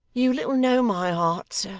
you little know my heart, sir.